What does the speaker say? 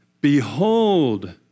behold